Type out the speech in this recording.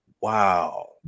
wow